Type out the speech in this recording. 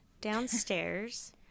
downstairs